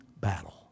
battle